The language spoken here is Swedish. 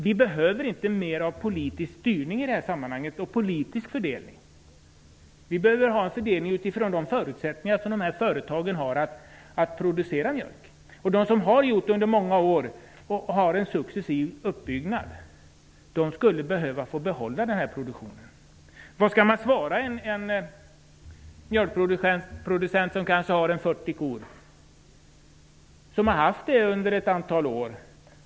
Vi behöver inte mer av politisk styrning och fördelning i sammanhanget. Vi behöver en fördelning med utgångspunkt i de förutsättningar som företagen har att producera mjölk. De som under många år successivt har byggt upp produktionen skulle få behålla den. Vad skall man säga till en mjölkproducent som har haft 40 kor under ett antal år?